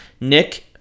Nick